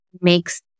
makes